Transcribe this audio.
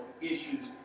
issues